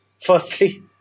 firstly